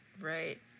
Right